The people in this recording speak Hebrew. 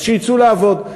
אז שיצאו לעבוד.